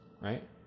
right